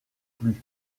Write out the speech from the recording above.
plus